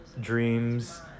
dreams